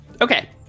Okay